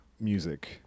music